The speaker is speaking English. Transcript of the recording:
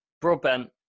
Broadbent